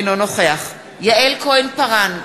אינו נוכח יעל כהן-פארן,